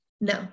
No